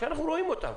ואנחנו רואים אותם,